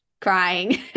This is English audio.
crying